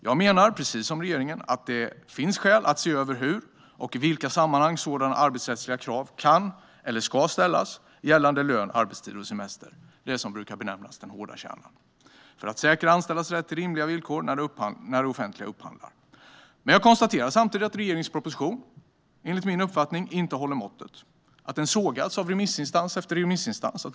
Precis som regeringen säger menar jag att det finns skäl att se över hur och i vilka sammanhang sådana arbetsrättsliga krav kan eller ska ställas gällande lön, arbetstid och semester - det som brukar benämnas den hårda kärnan - för att säkra anställdas rätt till rimliga villkor när det offentliga gör upphandlingar. Jag konstaterar dock samtidigt att regeringens proposition enligt min uppfattning inte håller måttet. Den sågas av remissinstans efter remissinstans.